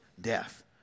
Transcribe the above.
death